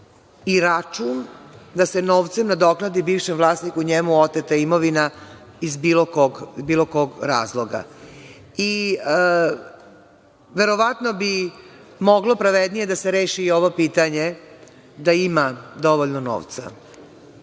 i račun da se novcem nadoknadi bivšem vlasniku njemu oteta imovina iz bilo kog razloga. Verovatno bi moglo pravednije da se reši i ovo pitanje da ima dovoljno novca. Ja